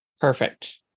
perfect